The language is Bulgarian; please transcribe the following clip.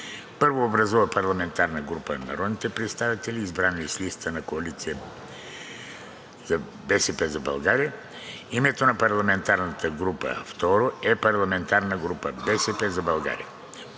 1. Образува парламентарна група на народните представители, избрани с листата на Коалиция „БСП за България“; 2. Името на парламентарната група е: парламентарна група „БСП за България“;